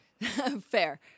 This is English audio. Fair